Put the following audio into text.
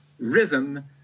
Rhythm